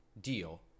deal